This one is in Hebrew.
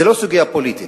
זה לא סוגיה פוליטית.